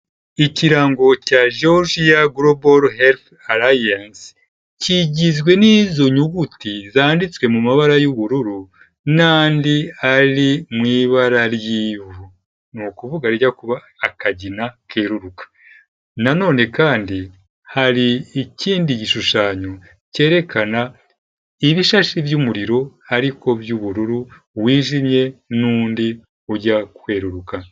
Icya georgia global helth alliance kigizwe n'inyuguti zanditswe mu mabara y'ubururu n'andi hari mu ibara ry'ivu ni ukuvuga ajya kuba akagina keruruka. Nanone kandi hari ikindi gishushanyo cyerekana ibishashi by'umuriro ariko by'ubururu bwijimye n'undi ujya kweruruka.